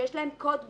שיש להם קוד בקופה,